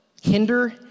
hinder